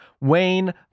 Wayne